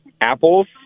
apples